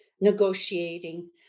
negotiating